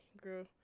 grew